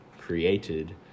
created